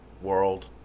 world